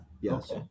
Yes